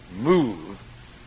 move